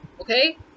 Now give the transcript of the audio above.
okay